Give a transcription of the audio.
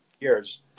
years